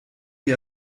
die